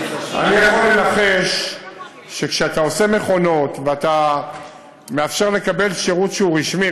אני יכול לנחש שכשאתה עושה מכונות ואתה מאפשר לקבל שירות שהוא רשמי,